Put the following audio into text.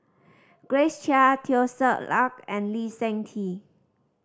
Grace Chia Teo Ser Luck and Lee Seng Tee